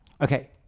okay